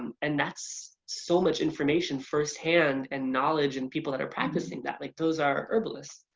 and and that's so much information firsthand and knowledge and people that are practicing that, like those are herbalists.